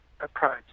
approach